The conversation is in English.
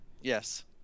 Yes